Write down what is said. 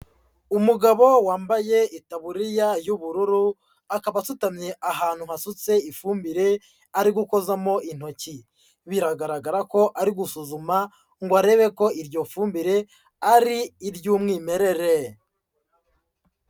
Umugabo wambaye itaburiya y'ubururu akaba asutamye ahantu hasutse ifumbire, ari gukozamo intoki biragaragara ko ari gusuzuma ngo arebe ko iryo fumbire ari iry'umwimerere.